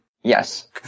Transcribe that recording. Yes